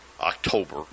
October